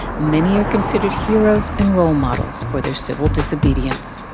many are considered heroes and role models for their civil disobedience